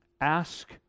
Ask